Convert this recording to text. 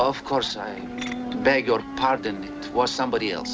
of course i beg your pardon was somebody else